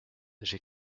j’ai